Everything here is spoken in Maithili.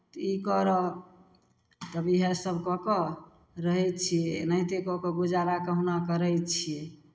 तऽ ई करह तब इएहसभ कऽ कऽ रहै छियै एनाहिते कऽ कऽ गुजारा कहुना करै छियै